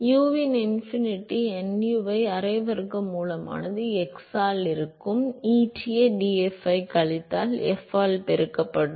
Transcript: எனவே u infinity nuவின் அரை வர்க்க மூலமானது x ஆல் இருக்கும் eta df ஆல் கழித்தல் f ஆல் பெருக்கப்படும்